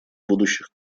будущих